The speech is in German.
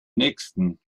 nähesten